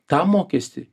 tą mokestį